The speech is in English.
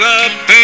up